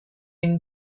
une